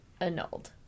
annulled